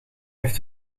heeft